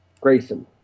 Grayson